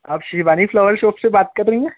आप Shivani flower shop से बात कर रही हैं